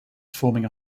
forming